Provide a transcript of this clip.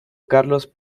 carlos